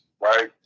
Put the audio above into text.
right